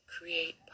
create